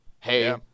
hey